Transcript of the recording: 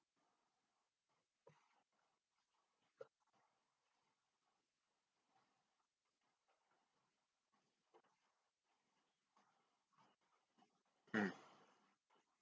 mm